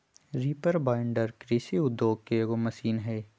reaper binder कृषि उद्योग के एगो मशीन हई